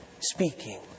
speaking